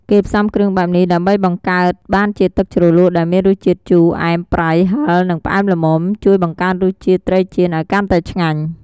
គេផ្សំគ្រឿងបែបនេះ ដើម្បីបង្កើតបានជាទឹកជ្រលក់ដែលមានរសជាតិជូរ អែម ប្រៃ ហឹរ និងផ្អែមល្មម ជួយបង្កើនរសជាតិត្រីចៀនឱ្យកាន់តែឆ្ងាញ់។